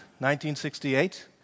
1968